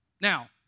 Now